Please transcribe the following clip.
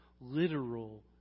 literal